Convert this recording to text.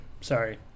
sorry